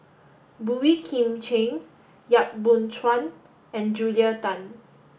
Boey Kim Cheng Yap Boon Chuan and Julia Tan